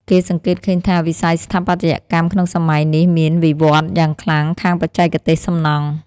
គេសង្កេតឃើញថា វិស័យស្ថាបត្យកម្មក្នុងសម័យនេះមាន វិវឌ្ឍន៍យ៉ាងខ្លាំងខាងបច្ចេកទេសសំណង់។